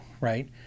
right